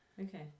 Okay